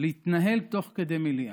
להתנהל תוך כדי מליאה.